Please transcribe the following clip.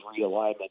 realignment